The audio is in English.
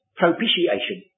propitiation